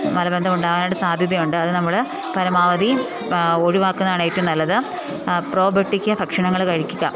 മലബന്ധം ഉണ്ടാകാനായിട്ട് സാധ്യതയുണ്ട് അത് നമ്മൾ പരമാവധി ഒഴിവാക്കുന്നതാണ് ഏറ്റും നല്ലത് പ്രോബട്ടിക്ക് ഭക്ഷണങ്ങൾ കഴിക്കുക